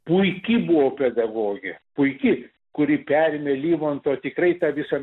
puiki buvo pedagogė puiki kuri perėmė livonto tikrai tą visą